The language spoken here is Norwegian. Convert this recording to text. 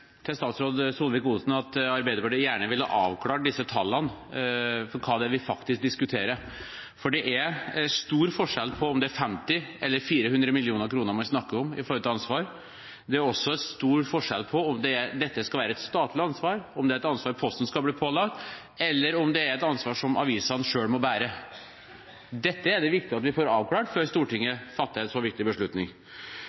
Til statsråd Solvik-Olsen: Det er helt riktig at Arbeiderpartiet gjerne ville hatt avklart disse tallene for det vi faktisk diskuterer, for det er stor forskjell på om det er 50 mill. kr eller 400 mill. kr man snakker om når det gjelder ansvar. Det er også stor forskjell på om dette skal være et statlig ansvar, om det skal være et ansvar Posten skal bli pålagt, eller om det er et ansvar som avisene selv må bære. Dette er det viktig at vi får avklart før Stortinget fatter en så viktig beslutning.